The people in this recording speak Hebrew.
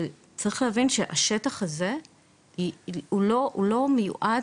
אבל צריך להבין שהשטח הזה הוא לא מיועד